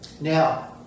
Now